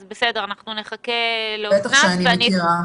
בסדר, אנחנו נחכה --- בטח שאני מכירה.